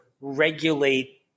regulate